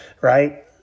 Right